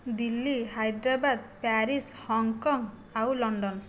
Delhi Hyderabad Paris Hong Kong ଆଉ London